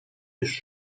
już